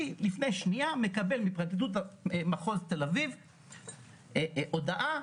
אני מקבל ממחוז תל אביב הודעה,